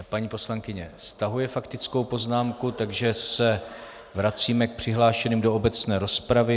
Paní poslankyně stahuje faktickou poznámku, takže se vracíme k přihlášeným do obecné rozpravy.